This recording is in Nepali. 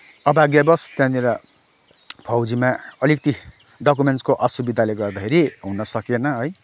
अभाग्यवश त्यहाँनिर फौजीमा अलिकति डक्युमेन्ट्सको असुविधाले गर्दाखेरि हुन सकिएनँ है